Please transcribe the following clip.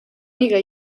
amiga